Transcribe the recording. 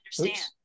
understand